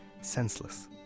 senseless